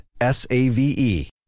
S-A-V-E